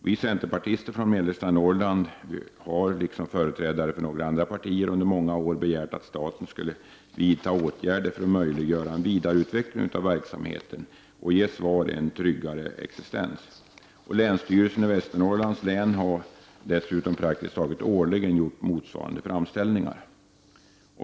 Vi centerpartister från mellersta Norrland har, liksom företrädare för andra partier, under många år begärt att staten skall vidta åtgärder för att möjliggöra en vidareutveckling av verksamheten och ge SVAR en tryggare existens. Länsstyrelsen i Västernorrlands län har dessutom praktiskt taget årligen gjort motsvarande framställningar.